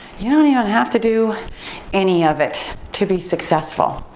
you don't even have to do any of it to be successful.